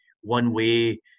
one-way